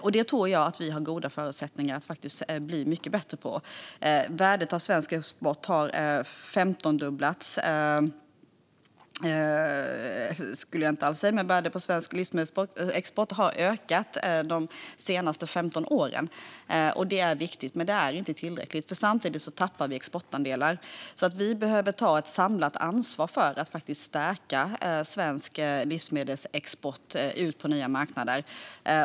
Jag tror att vi har goda förutsättningar att bli mycket bättre på det. Värdet på svensk livsmedelsexport har ökat de senaste 15 åren. Det är viktigt. Men det är inte tillräckligt, eftersom vi samtidigt tappar exportandelar. Vi behöver alltså ta ett samlat ansvar för att stärka svensk livsmedelsexport på nya marknader.